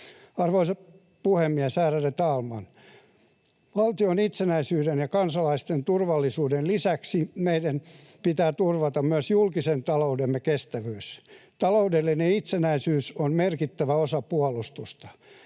Arvoisa puhemies, ärade talman! Valtion itsenäisyyden ja kansalaisten turvallisuuden lisäksi meidän pitää turvata myös julkisen taloutemme kestävyys. Taloudellinen itsenäisyys on merkittävä osa puolustusta.